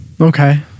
Okay